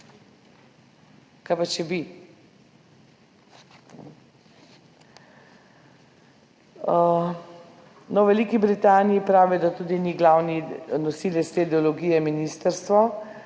Kaj pa, če bi? No, v Veliki Britaniji pravijo, da ni glavni nosilec te ideologije ministrstvo,